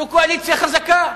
זו קואליציה חזקה.